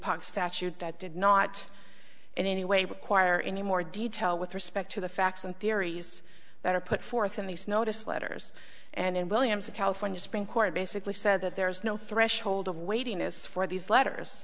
park statute that did not in any way require any more detail with respect to the facts and theories that are put forth in these notices letters and williams the california supreme court basically said that there is no threshold of waiting is for these letters